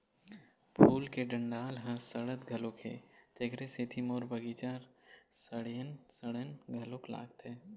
फूल के डंगाल ह सड़त घलोक हे, तेखरे सेती मोर बगिचा ह सड़इन सड़इन घलोक लागथे